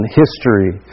history